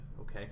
Okay